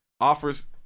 offers